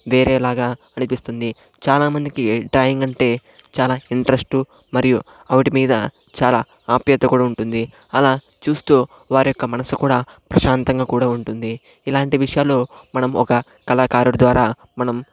వేరేలాగా అనిపిస్తుంది చాలామందికి డ్రాయింగ్ అంటే చాలా ఇంట్రెస్ట్ మరియు వాటిమీద చాలా అప్యాయత కూడా ఉంటుంది అలా చూస్తూ వారి యొక్క మనసు కూడా ప్రశాంతంగా కూడా ఉంటుంది ఇలాంటి విషయాలు మనము ఒక కళాకారుడి ద్వారా మనం